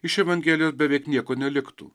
iš evangelijos beveik nieko neliktų